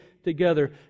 together